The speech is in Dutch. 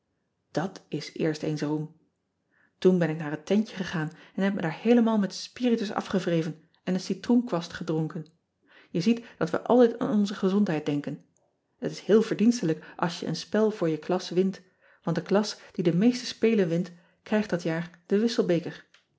at is eerst eens roem oen ben ik naar het tentje gegaan en heb me daar heelemaal met spiritus afgewreven en een citroenkwast gedronken e ziet dat we altijd aan onze gezondheid denken et is heel verdienstelijk als je een spel voor je klas wint want de klas die de meeste spelen wint krijgt dat jaar den wisselbeker